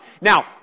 Now